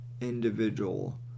individual